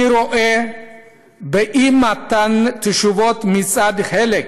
אני רואה באי-מתן תשובות מצד חלק